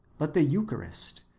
but the eucharist,